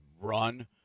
run